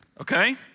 okay